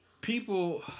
people